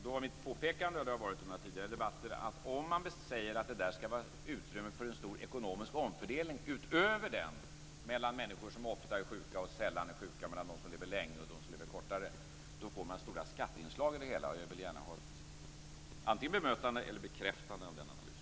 Då var mitt påpekande, och det har det varit i några tidigare debatten, att om man säger att det skall vara utrymme för en stor ekonomisk omfördelning utöver den mellan människor som ofta är sjuka och sällan är sjuka, och mellan dem som lever länge och dem som lever kortare, får man stora skatteinslag i det hela. Jag vill gärna ha ett bemötande eller ett bekräftande av den analysen.